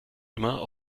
immer